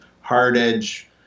hard-edge